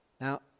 Now